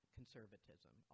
conservatism